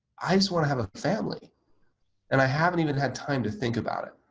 i just want to have a family and i haven't even had time to think about it.